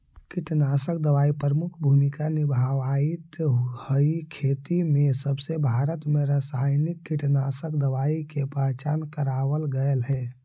कीटनाशक दवाई प्रमुख भूमिका निभावाईत हई खेती में जबसे भारत में रसायनिक कीटनाशक दवाई के पहचान करावल गयल हे